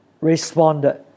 responded